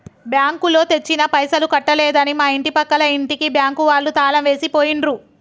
బ్యాంకులో తెచ్చిన పైసలు కట్టలేదని మా ఇంటి పక్కల ఇంటికి బ్యాంకు వాళ్ళు తాళం వేసి పోయిండ్రు